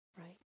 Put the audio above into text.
right